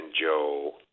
Joe